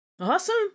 Awesome